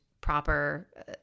proper